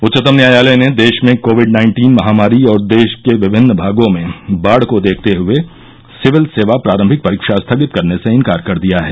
उच्चतम न्यायालय ने देश में कोविड नाइन्टीन महामारी और देश के विभिन्न भागों में बाढ़ को देखते हए सिविल सेवा प्रारंभिक परीक्षा स्थगित करने से इन्कार कर दिया है